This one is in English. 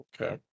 Okay